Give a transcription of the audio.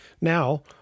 Now